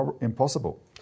impossible